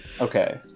Okay